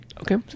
okay